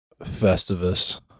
Festivus